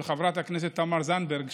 של חברת הכנסת תמר זנדברג,